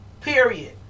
Period